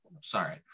Sorry